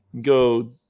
Go